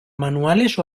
manuales